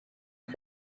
lui